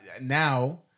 now